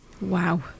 Wow